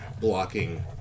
blocking